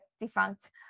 defunct